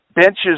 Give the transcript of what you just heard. benches